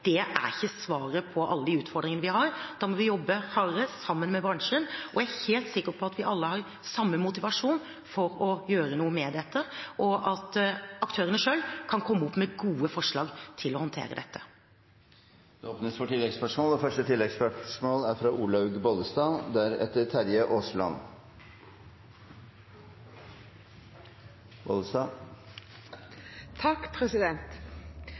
er ikke svaret på alle utfordringene vi har. Vi må jobbe hardere sammen med bransjen. Jeg er helt sikker på at vi alle har samme motivasjon for å gjøre noe med dette, og at aktørene selv kan komme opp med gode forslag til å håndtere det. Det åpnes for oppfølgingsspørsmål – først Olaug V. Bollestad. På det nåværende tidspunkt mener regjeringen at det ikke er